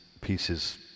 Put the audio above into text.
pieces